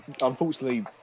unfortunately